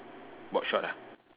boardshorts ah